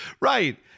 Right